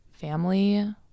family